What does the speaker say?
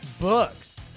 books